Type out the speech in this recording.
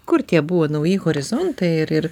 kur tie buvo nauji horizontai ir ir